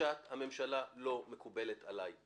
גישת הממשלה לא מקובלת עלי.